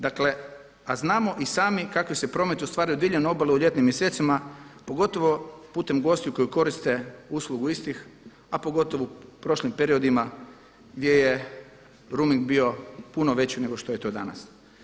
Dakle a znamo i sami kakav se promet ostvaruje diljem obale u ljetnim mjesecima pogotovo putem gostiju koji koriste uslugu istih a pogotovo u prošlim periodima gdje je rooming bio puno veći nego što je to danas.